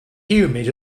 humid